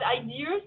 ideas